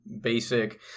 basic